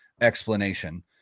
explanation